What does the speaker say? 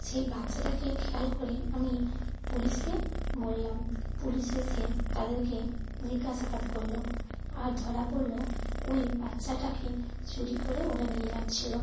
সেই বাচ্চাটাকে খেয়াল করে আমি পুলিশকে বললাম পুলিশ এসে তাদেরকে জিজ্ঞাসাবাদ করল আর ধরা পড়ল ওই বাচ্চাটাকে চুরি করে ওরা নিয়ে যাচ্ছিল